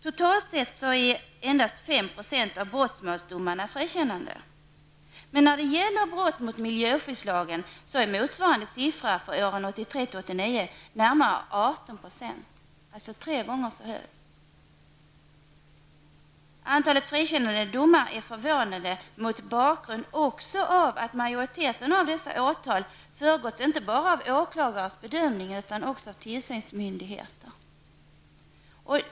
Totalt sett är endast 5 % av brottmålsdomarna frikännande. När det gäller brott mot miljöskyddslagen är motsvarande siffra för åren Antalet frikännande domar är förvånande mot bakgrund av att majoriteten av åtalen föregåtts inte bara av åklagarens bedömning utan också av tillsynsmyndighetens.